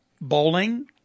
bowling